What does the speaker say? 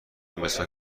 مسواک